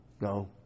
no